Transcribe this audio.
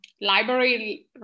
library